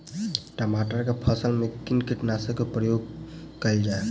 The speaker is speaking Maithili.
टमाटर केँ फसल मे कुन कीटनासक केँ प्रयोग कैल जाय?